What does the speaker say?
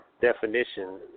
definition